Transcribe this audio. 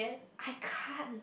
I can't